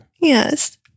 Yes